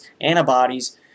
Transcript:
Antibodies